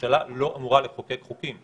ממשלה לא אמורה לחוקק חוקים.